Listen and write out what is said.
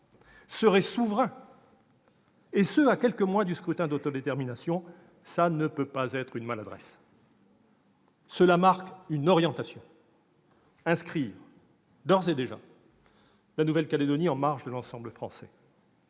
serait souverain, et ce à quelques mois du scrutin d'autodétermination, ne peut pas être une maladresse. Une telle expression marque une orientation : inscrire d'ores et déjà la Nouvelle-Calédonie en marge de l'ensemble français